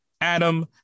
Adam